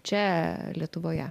čia lietuvoje